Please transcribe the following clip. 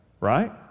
right